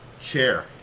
Chair